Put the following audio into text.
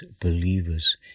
believers